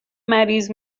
مریض